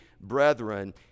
brethren